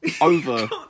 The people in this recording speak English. over